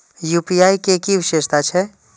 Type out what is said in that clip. UPI के कि विषेशता छै?